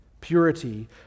Purity